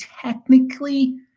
technically